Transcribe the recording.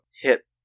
hit